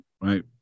right